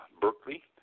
Berkeley